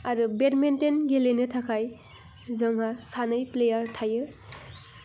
आरो बेडमिन्टन गेलेनो थाखाय जोंहा सानै प्लेयार थायो